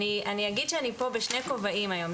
אני אגיד שאני פה בשני כובעים היום,